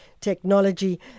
technology